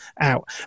out